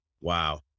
wow